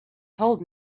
told